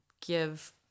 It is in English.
give